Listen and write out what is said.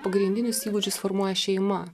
pagrindinius įgūdžius formuoja šeima